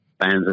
fans